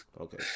Okay